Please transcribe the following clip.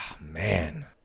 Man